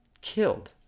Killed